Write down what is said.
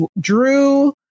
Drew